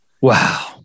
Wow